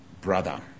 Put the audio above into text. brother